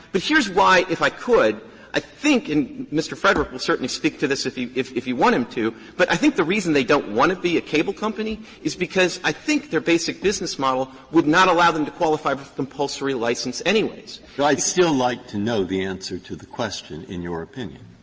but here's why, if i could i think and mr. frederick will certainly speak to this if if if you want him to. but i think the reason they don't want to be a cable company is because i think their basic business model would not allow them to qualify with compulsory license anyways. breyer but i'd still like to know the answer to the question, in your opinion.